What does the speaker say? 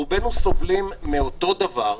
רובנו סובלים מאותו דבר,